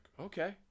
Okay